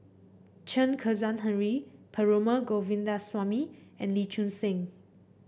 Chen Kezhan Henri Perumal Govindaswamy and Lee Choon Seng